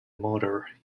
motor